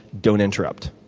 don't interrupt.